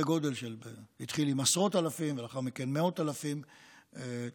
גודל שהתחילו בעשרות אלפים ולאחר מכן מאות אלפים בשנה.